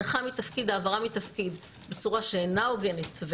כשיש הדחה מתפקיד או העברה מתפקיד בצורה שאינה הוגנת,